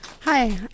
Hi